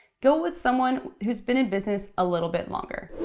go with someone who's been in business a little bit longer.